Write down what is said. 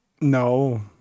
No